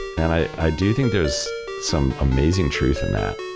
and i do think there's some amazing truth in that.